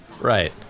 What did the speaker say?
right